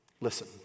Listen